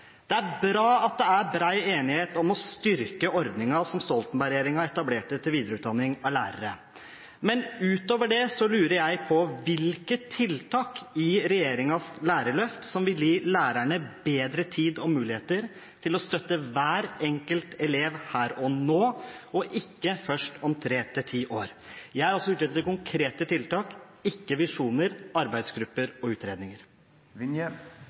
Det er bra at det er bred enighet om å styrke videreutdanning av lærere, ordningen som Stoltenberg-regjeringen etablerte. Utover det lurer jeg på: Hvilke tiltak i regjeringens lærerløft vil gi lærerne bedre tid og muligheter til å støtte hver enkelt elev her og nå, og ikke først om tre til ti år? Jeg er ute etter konkrete tiltak – ikke visjoner, arbeidsgrupper og utredninger.